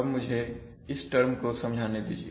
अब मुझे इस टर्म को समझाने दीजिए